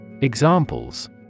Examples